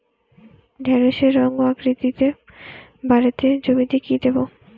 ঢেঁড়সের রং ও আকৃতিতে বাড়াতে জমিতে কি দেবো?